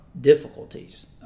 difficulties